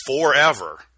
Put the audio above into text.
forever